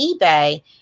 eBay